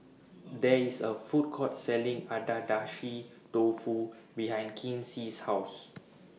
There IS A Food Court Selling Agedashi Dofu behind Kinsey's House